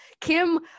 kim